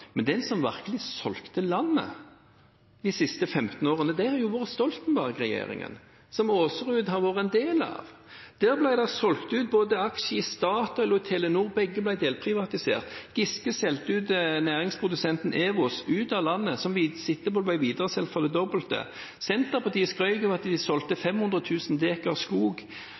Men den som virkelig har solgt landet de siste 15 årene, har jo vært Stoltenberg-regjeringen, som Aasrud har vært en del av. Der ble det solgt ut aksjer både i Statoil og i Telenor – begge ble delprivatisert. Giske solgte næringsprodusenten Ewos ut av landet, som etterpå ble videresolgt for det dobbelte. Senterpartiet skrøt av at de solgte 500 000 dekar skog,